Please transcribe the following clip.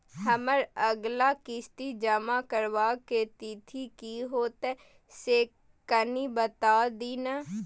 हमर अगला किस्ती जमा करबा के तिथि की होतै से कनी बता दिय न?